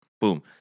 Boom